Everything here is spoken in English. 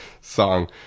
song